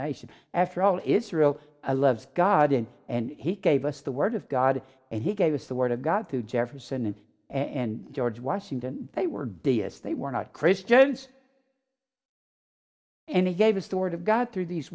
nation after all israel a love of god in and he gave us the word of god and he gave us the word of god to jefferson and and george washington they were deists they were not christians and he gave a sort of god through these